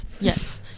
yes